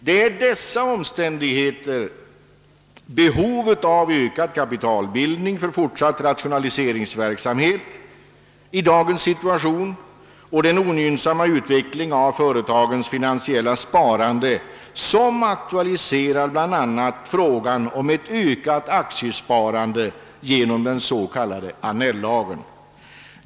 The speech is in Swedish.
Det är dessa omständigheter, behovet av ökad kapitalbildning för fortsatt rationaliseringsverksamhet i dagens situation och den ogynnsamma utvecklingen av företagens finansiella sparande, som aktualiserar bl.a. frågan om ett ökat aktiesparande genom den s.k. Annell-lagen.